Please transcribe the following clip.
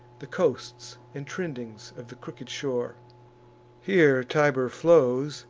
the coasts and trendings of the crooked shore here tiber flows,